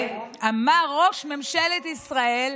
האלה אמר ראש ממשלת ישראל